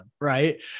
Right